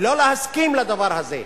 ולא להסכים לדבר הזה.